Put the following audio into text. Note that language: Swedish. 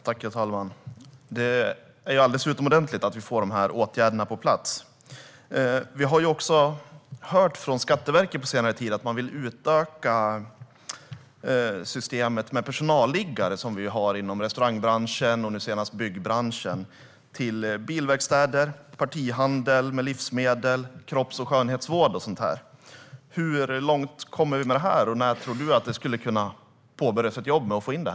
Herr talman! Det är alldeles utomordentligt bra att vi får de här åtgärderna på plats. På senare tid har vi också hört från Skatteverket att man vill utöka systemet med personalliggare - som vi ju har inom restaurangbranschen och nu senast byggbranschen - till bilverkstäder, partihandel med livsmedel, kropps och skönhetsvård och sådant. Hur långt kommer vi med det, och när tror Magdalena Andersson att det skulle kunna påbörjas ett jobb med att få in det?